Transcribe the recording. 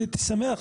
הייתי שמח.